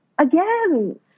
again